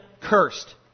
cursed